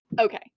Okay